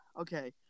okay